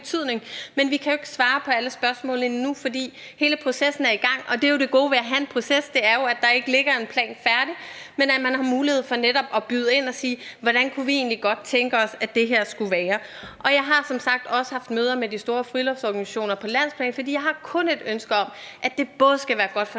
betydning? Men vi kan jo ikke svare på alle spørgsmål endnu, fordi hele processen er i gang. Og det gode ved at have en proces er jo, at der ikke ligger en færdig plan, men at man netop har mulighed for at byde ind med, hvordan man egentlig godt kunne tænke sig det skulle være. Og jeg har som sagt også haft møder med de store friluftsorganisationer på landsplan, for jeg har kun et ønske om, at det både skal være godt for